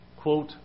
quote